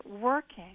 working